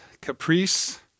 Caprice